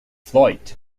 floyd